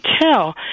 tell